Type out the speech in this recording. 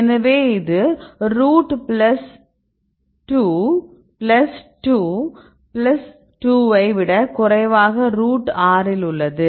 எனவே இது root 2 plus 2 plus 2 ஐ விட குறைவாக ரூட் 6 இல் உள்ளது